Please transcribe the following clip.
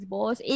Boss